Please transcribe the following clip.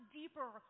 deeper